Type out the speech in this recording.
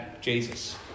Jesus